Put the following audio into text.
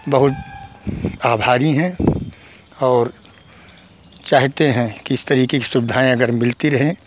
बहुत आभारी हैं और चाहते हैं कि इस तरीके की सुविधाएँ अगर मिलती रहें